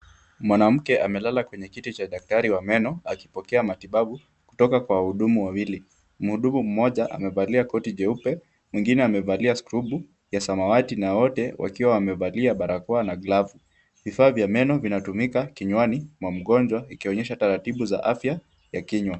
Mwanamke amelala kwenye kiti cha daktari wa meno akipokea matibabu kutoka kwa wahudumu wawili . Mhudumu mmoja amevalia koti jeupe, mwengine amevalia [c]skrubu[c] ya samawati na wote wakiwa wamevalia barakoa na glavu. Vifaa vya meno vinatumika kinywani mwa mgonjwa ikionyesha taratibu za afya ya kinywa.